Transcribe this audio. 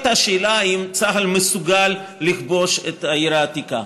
השאלה אם צה"ל מסוגל לכבוש את העיר העתיקה,